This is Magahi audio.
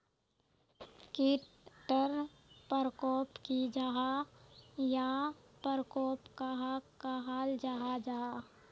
कीट टर परकोप की जाहा या परकोप कहाक कहाल जाहा जाहा?